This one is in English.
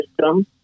system